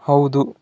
ಹೌದು